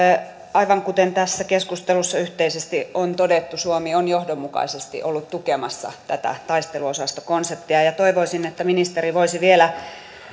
aivan kuten tässä keskustelussa yhteisesti on todettu suomi on johdonmukaisesti ollut tukemassa tätä taisteluosastokonseptia toivoisin että ministeri voisi vielä